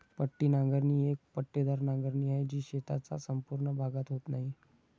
पट्टी नांगरणी ही एक पट्टेदार नांगरणी आहे, जी शेताचा संपूर्ण भागात होत नाही